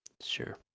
Sure